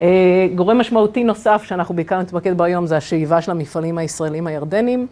גורם משמעותי נוסף שאנחנו בעיקר נתמקד בו היום זה השאיבה של המפעלים הישראלים הירדנים.